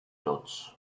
dots